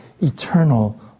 eternal